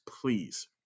Please